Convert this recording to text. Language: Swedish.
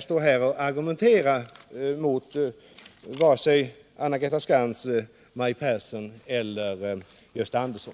stå här och argumentera mot vare sig Anna-Greta Skantz, Maj Pehrsson eller Gösta Andersson.